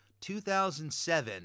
2007